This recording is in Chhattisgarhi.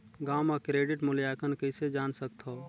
गांव म क्रेडिट मूल्यांकन कइसे जान सकथव?